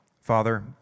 Father